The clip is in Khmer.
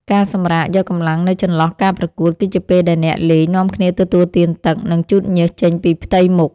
ការសម្រាកយកកម្លាំងនៅចន្លោះការប្រកួត គឺជាពេលដែលអ្នកលេងនាំគ្នាទទួលទានទឹក និងជូតញើសចេញពីផ្ទៃមុខ។